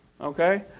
Okay